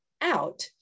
out